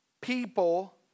people